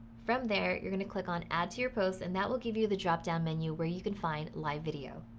from there you're going to click on, add to your posts, and that will give you the drop down menu where you can find live video.